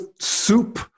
soup